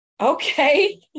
okay